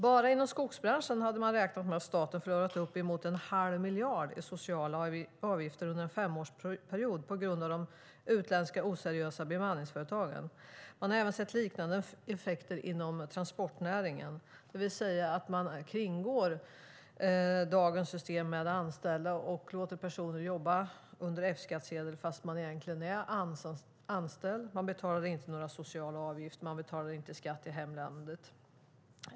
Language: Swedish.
Bara inom skogsbranschen har man räknat med att staten har förlorat uppemot en halv miljard i sociala avgifter under en femårsperiod på grund av de utländska oseriösa bemanningsföretagen. Man har även sett liknande effekter inom transportnäringen. Man kringgår dagens system med anställda och låter personer jobba med F-skattsedel fast de egentligen är anställda. Man betalar inte några sociala avgifter, och man betalar inte skatt i hemlandet.